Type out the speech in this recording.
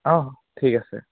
অঁ ঠিক আছে